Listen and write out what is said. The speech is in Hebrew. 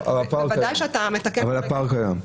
אבל הפער קיים.